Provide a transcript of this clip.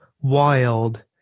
wild